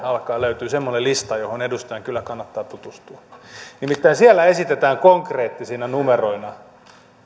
alkaen löytyy semmoinen lista johon edustajan kyllä kannattaa tutustua nimittäin siellä esitetään konkreettisina numeroina